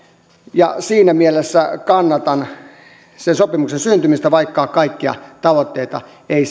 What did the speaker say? ja siinä mielessä kannatan sen sopimuksen syntymistä vaikka kaikkia tavoitteita ei